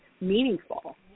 meaningful